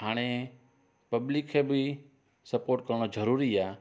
हाणे पब्लिक खे बि सपोट करणु जरूरी आहे